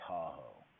Tahoe